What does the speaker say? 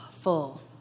full